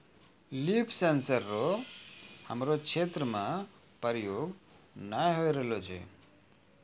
लिफ sensor रो हमरो क्षेत्र मे प्रयोग नै होए रहलो छै